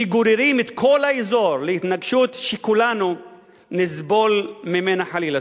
שגוררים את כל האזור להתנגשות שכולנו נסבול ממנה חלילה.